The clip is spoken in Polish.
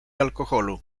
alkoholu